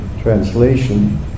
Translation